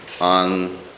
on